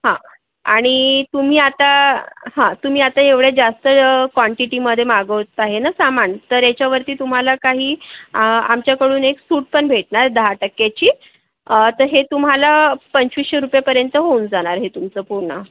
हां आणि तुम्ही आता हां तुम्ही आता एवढ्या जास्त क्वांटिटीमध्ये मागवता आहे ना सामान तर याच्यावरती तुम्हाला काही आमच्याकडून एक सूट पण भेटणार दहा टक्क्याची तर हे तुम्हाला पंचवीसशे रुपयापर्यंत होऊन जाणार हे तुमचं पूर्ण